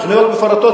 תוכניות מפורטות,